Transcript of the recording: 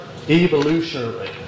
evolutionarily